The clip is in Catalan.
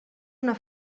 una